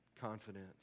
Confidence